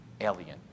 alien